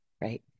right